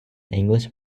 english